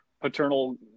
paternal